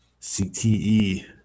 CTE